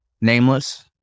nameless